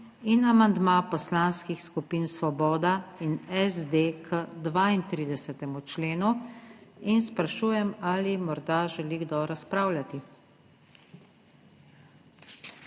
in amandma poslanskih skupin Svoboda in SD k 32. členu. In sprašujem, ali morda želi kdo razpravljati?